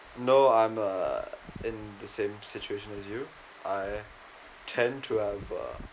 no I'm uh in the same situation as you I tend to have uh